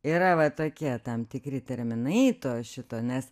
yra va tokie tam tikri terminai to šito nes